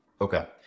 Okay